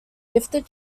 gifted